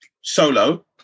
Solo